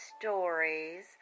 stories